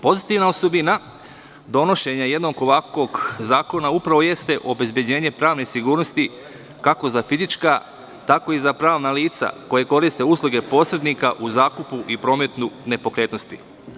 Pozitivna osobina, donošenje jednog ovakvog zakona upravo jeste obezbeđenje pravne sigurnosti, kako za fizička, tako i za pravna lica koji koriste usluge posrednika u zakupu i prometu nepokretnosti.